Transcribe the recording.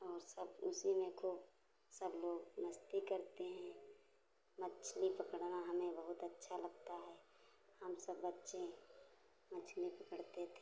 और सब उसी में खूब सब लोग मस्ती करते हैं मछली पकड़ना हमें बहुत अच्छा लगता है हम सब बच्चे मछली पकड़ते थे